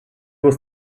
was